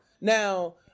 Now